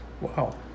Wow